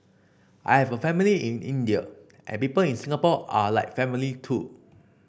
I have a family in India and people in Singapore are like family too